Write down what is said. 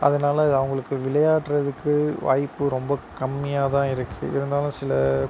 அதனால் அவர்களுக்கு விளையாடுறதுக்கு வாய்ப்பு ரொம்ப கம்மியாகதான் இருக்குது இருந்தாலும் சில